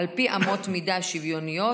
על פי אמות מידה שוויוניות.